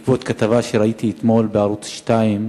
בעקבות כתבה שראיתי אתמול בערוץ-2,